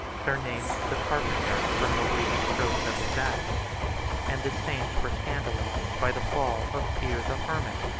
surnamed the carpenter, from the weighty strokes of his axe and the saints were scandalized by the fall of peter the hermit,